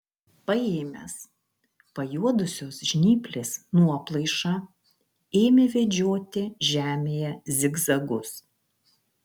paėmęs pajuodusios žnyplės nuoplaišą ėmė vedžioti žemėje zigzagus